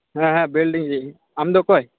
ᱦᱮᱸ ᱦᱮᱸ ᱵᱮᱞᱰᱩᱝᱨᱤ ᱟᱢ ᱫᱚ ᱚᱠᱚᱭ